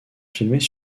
filmées